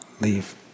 leave